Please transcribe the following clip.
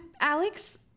Alex